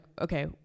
okay